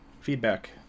Feedback